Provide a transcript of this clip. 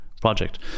project